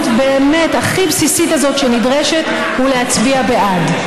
באמת הכי בסיסית הזאת שנדרשת ולהצביע בעד.